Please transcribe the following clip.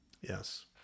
Yes